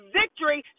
victory